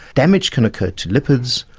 damage can occur to lipids,